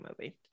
movie